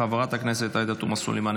חברת הכנסת עאידה תומא סלימאן,